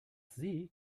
sie